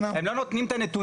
הם גם לא נותנים לנו את הנתונים.